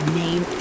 name